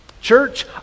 Church